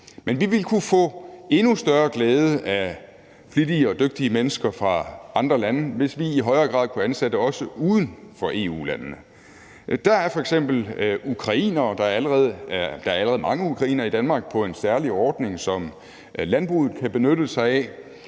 Men vi ville kunne få endnu større glæde af flittige og dygtige mennesker fra andre lande, hvis vi i højere grad også kunne ansætte uden for EU-landene. Der er f.eks. allerede mange ukrainere i Danmark på en særlig ordning, som landbruget kan benytte sig af,